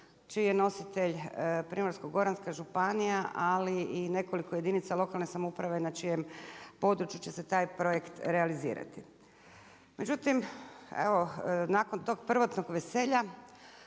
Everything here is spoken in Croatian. čiji je nositelj Primorsko-goranaka županija ali i nekoliko jedinica lokalne samouprave na čijem području će se taj projekt realizirati. Međutim, evo nakon tog prvotnog veselja,